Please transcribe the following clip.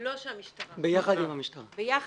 לא של המשטרה --- ביחד עם המשטרה,